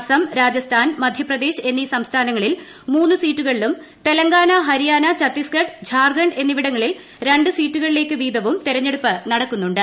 അസ്സം രാജസ്ഥാൻ മധ്യപ്രദേശ് എന്നീ സംസ്ഥാനങ്ങളിൽ ദ സീറ്റുകളിലും തെലങ്കാന ഹരിയാന ഛത്തീസ്ഗഡ് ഝാർഖണ്ഡ് എന്നിവിടങ്ങളിൽ രണ്ട് സീറ്റുകളിലേക്ക് വീതവും തെരഞ്ഞെടുപ്പ് നടക്കുന്നുണ്ട്